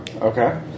Okay